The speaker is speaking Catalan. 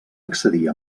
accedir